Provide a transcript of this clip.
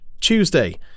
Tuesday